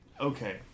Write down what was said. okay